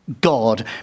God